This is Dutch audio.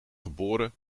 geboren